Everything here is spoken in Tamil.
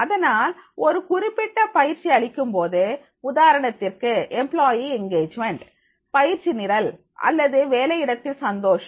அதனால் ஒரு குறிப்பிட்ட பயிற்சி அளிக்கும் போது உதாரணத்திற்கு எம்ப்ளாயி எங்கேஜிமெண்ட் பயிற்சி நிரல் அல்லது வேலையிடத்தில் சந்தோஷம்